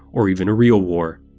or even a real war.